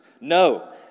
No